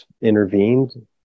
intervened